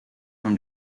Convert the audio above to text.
from